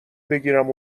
بگیرم